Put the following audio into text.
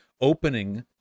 opening